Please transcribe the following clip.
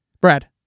Brad